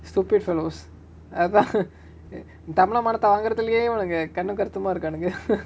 stupid fellows அதா:athaa eh tamilan மானத்த வாங்குரதுலயே இவனுங்க கண்ணு கருத்துமா இருக்கானுங்க:maanatha vaangurathulaye ivanunga kannu karuthuma irukaanunga